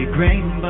Grain